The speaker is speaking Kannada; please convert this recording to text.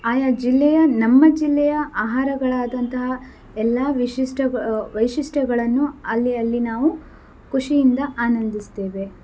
ಆಯಾ ಜಿಲ್ಲೆಯ ನಮ್ಮ ಜಿಲ್ಲೆಯ ಆಹಾರಗಳಾದಂತಹ ಎಲ್ಲ ವಿಶಿಷ್ಟ ವೈಶಿಷ್ಟ್ಯಗಳನ್ನು ಅಲ್ಲಿ ಅಲ್ಲಿ ನಾವು ಖುಷಿಯಿಂದ ಆನಂದಿಸುತ್ತೇವೆ